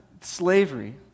slavery